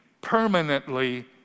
permanently